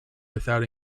without